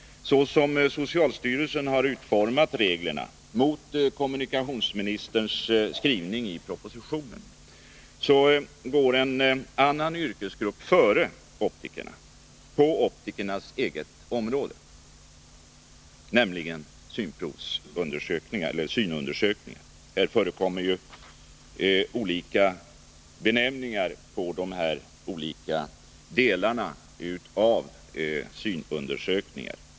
Såsom socialstyrelsen har utformat reglerna, mot kommunikationsministerns skrivning i propositionen, går en annan yrkesgrupp före optikerna på optikernas eget område, nämligen synprovsundersökningar, eller synundersökningar — det förekommer olika benämningar på de olika delarna av synundersökningar.